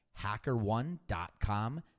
HackerOne.com